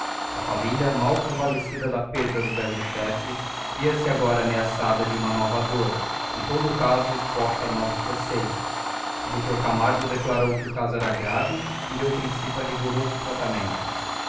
a família mal convalescida da perda do velho chefe via-se agora ameaçada de uma nova dor em todo o caso exposta a novos receios dr camargo declarou que o caso era grave e deu princípio a rigoroso tratamento